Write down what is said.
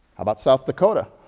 about south dakota?